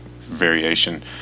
variation